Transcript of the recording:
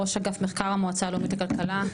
ראש אגף מחקר המועצה הלאומית לכלכלה.